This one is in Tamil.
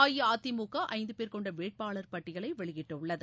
அ இ அ தி மு க ஐந்து பேர் கொண்ட வேட்பாளர் பட்டியலை வெளியிட்டுள்ளது